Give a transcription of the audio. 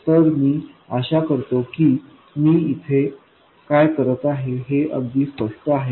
तर मी आशा करतो की मी येथे काय करीत आहे हे अगदी स्पष्ट आहे